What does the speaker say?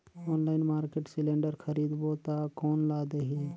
Online market cylinder खरीदबो ता कोन ला देही?